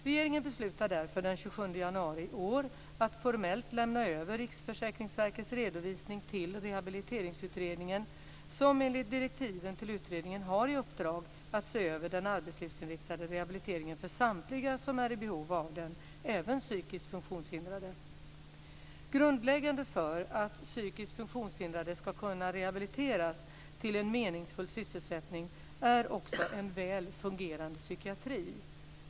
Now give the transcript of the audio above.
Regeringen beslutade därför den 27 januari i år att formellt lämna över Riksförsäkringsverkets redovisning till rehabiliteringsutredningen, som enligt direktiven till utredningen har i uppdrag att se över den arbetslivsinriktade rehabiliteringen för samtliga som är i behov av den - även psykiskt funktionshindrade. Grundläggande för att psykiskt funktionshindrade ska kunna rehabiliteras till en meningsfull sysselsättning är också en väl fungerande psykiatri.